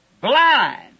blind